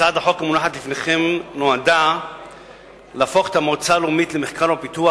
הצעת החוק המונחת לפניכם נועדה להפוך את המועצה הלאומית למחקר ולפיתוח,